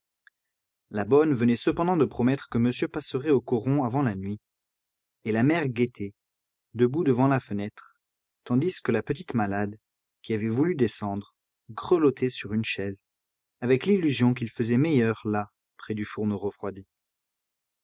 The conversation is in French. la bonne venait cependant de promettre que monsieur passerait au coron avant la nuit et la mère guettait debout devant la fenêtre tandis que la petite malade qui avait voulu descendre grelottait sur une chaise avec l'illusion qu'il faisait meilleur là près du fourneau refroidi